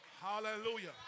Hallelujah